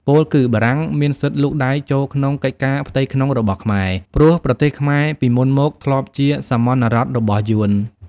ពោលគឺបារាំងមានសិទ្ធិលូកដៃចូលក្នុងកិច្ចការផ្ទៃក្នុងរបស់ខ្មែរ ព្រោះប្រទេសខ្មែរពីមុនមកធ្លាប់ជាសាមន្តរដ្ឋរបស់យួន។